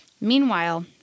Meanwhile